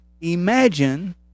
imagine